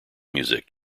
music